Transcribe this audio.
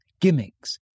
gimmicks